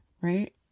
right